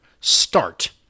start